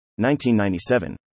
1997